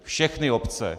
Všechny obce.